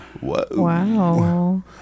Wow